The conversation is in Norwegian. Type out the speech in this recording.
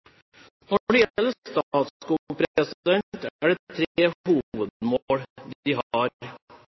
Når det gjelder Statskog, har man tre hovedmål. Det